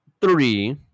three